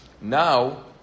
Now